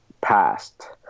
passed